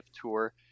tour